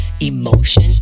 emotion